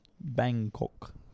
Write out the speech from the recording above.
Bangkok